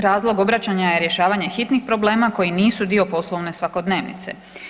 Razlog obraćanja je rješavanje hitnih problema koji nisu dio poslovne svakodnevnice.